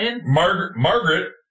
Margaret